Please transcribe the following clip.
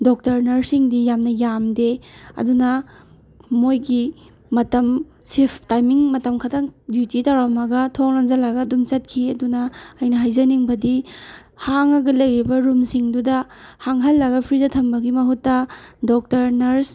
doctor ꯅꯔꯁꯁꯤꯡꯗꯤ ꯌꯥꯝꯅ ꯌꯥꯝꯗꯦ ꯑꯗꯨꯅ ꯃꯣꯏꯒꯤ ꯃꯇꯝ ꯁꯤꯄ ꯇꯥꯏꯃꯤꯡ ꯃꯇꯝ ꯈꯛꯇꯪ ꯗꯨꯇꯤ ꯇꯧꯔꯝꯃꯒ ꯊꯣꯡ ꯂꯣꯟꯖꯜꯂꯒ ꯑꯗꯨꯝ ꯆꯠꯈꯤ ꯑꯗꯨꯅ ꯑꯩꯅ ꯍꯥꯏꯖꯅꯤꯡꯕꯗꯤ ꯍꯥꯡꯉꯒ ꯂꯩꯔꯤꯕ ꯔꯨꯝꯁꯤꯡꯗꯨꯗ ꯍꯥꯡꯍꯜꯂꯒ ꯐ꯭ꯔꯤꯗ ꯊꯝꯕꯒꯤ ꯃꯍꯨꯠꯇ ꯗꯣꯛꯇꯔ ꯅꯔꯁ